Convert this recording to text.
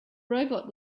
robot